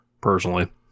personally